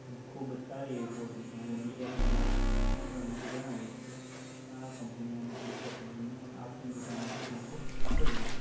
ખૂબ સારી એવી પ્રોડક્ટ છે હું પણ બીજા પણ મારા મિત્રોને જણાવીશ કે આ કંપનીનો અને આ ઉષા કંપનીનો અને આપની દુકાનેથી પંખો ખરીદે